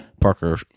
parker